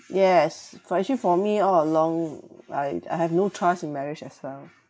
yes for actually for me all along I I have no trust in marriage as well